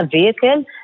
vehicle